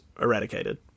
eradicated